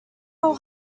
will